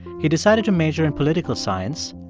he decided to major in political science.